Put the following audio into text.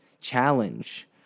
challenge